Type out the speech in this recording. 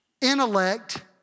intellect